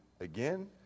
again